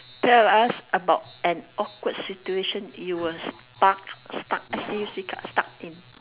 tell us about an awkward situation you were stuck to stuck S T U C K stuck in